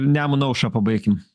nemuno aušrą pabaikim